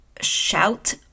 shout